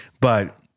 but-